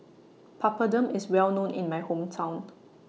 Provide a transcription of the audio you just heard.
Papadum IS Well known in My Hometown